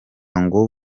ngo